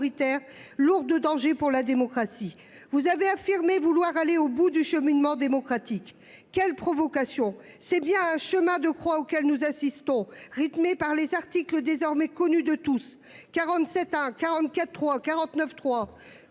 lourd de danger pour la démocratie. Vous avez affirmé vouloir aller au bout du cheminement démocratique. Quelle provocation ! C'est bien un chemin de croix auquel nous assistons, rythmé par les articles de la Constitution désormais connus de tous : 47-1, 44.3 et 49.3.